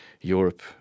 Europe